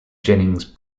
jennings